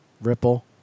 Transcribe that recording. ripple